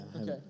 Okay